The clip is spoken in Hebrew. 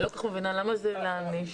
אני לא מבינה למה זה להעניש?